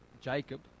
Jacob